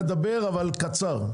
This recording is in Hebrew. אתה תדבר, אבל קצר.